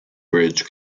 bridge